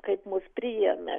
kaip mus priėmė